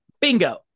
Bingo